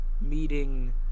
meeting